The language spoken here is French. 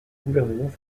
gouvernement